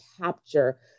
capture